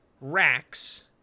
racks